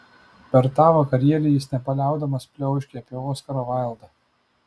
per tą vakarėlį jis nepaliaudamas pliauškė apie oskarą vaildą